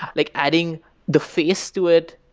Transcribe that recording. and like adding the face to it,